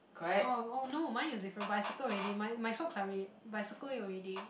oh oh no mine is different but I circle already my my socks are red but I circle it already